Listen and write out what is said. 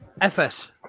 FS